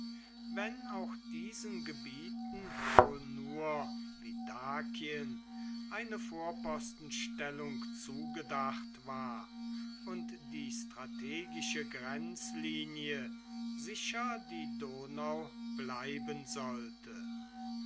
wenn auch diesen gebieten wohl nur wie dakien eine vorpostenstellung zugedacht war und die strategische grenzlinie sicher die donau bleiben sollte